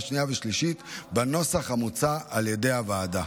השנייה והשלישית בנוסח המוצע על ידי הוועדה.